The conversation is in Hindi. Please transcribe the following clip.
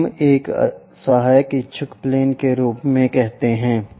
तो हम एक सहायक इच्छुक प्लेन के रूप में कहते हैं